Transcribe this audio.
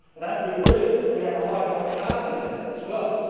it ain't real brilliant. we had a high bicarbonate level as well.